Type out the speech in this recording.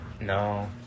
no